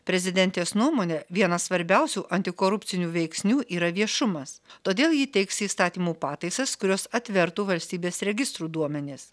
prezidentės nuomone vienas svarbiausių antikorupcinių veiksnių yra viešumas todėl ji teiks įstatymų pataisas kurios atvertų valstybės registrų duomenis